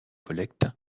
collecte